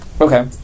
Okay